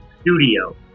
studio